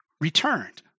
returned